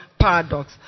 paradox